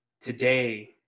today